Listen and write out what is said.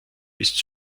ist